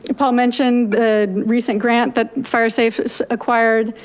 ah paul mentioned the recent grant that firesafe acquired.